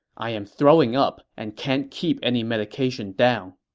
i am throwing up and can't keep any medicine down.